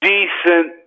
Decent